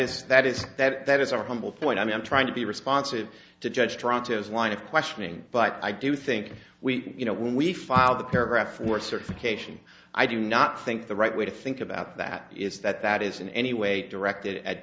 newman that is that is that is our humble point i mean i'm trying to be responsive to judge trotters line of questioning but i do think we you know when we filed the paragraph or certification i do not think the right way to think about that is that that is in any way directed at